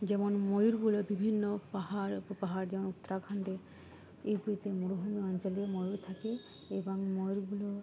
যেমন ময়ূরগুলো বিভিন্ন পাহাড় উপ পাহাড় যেমন উত্তরাখণ্ডে এই মরুভূমি অঞ্চলে ময়ূর থাকে এবং ময়ূরগুলো